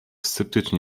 sceptyczni